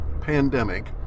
pandemic